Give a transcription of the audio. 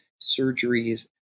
surgeries